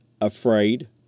afraid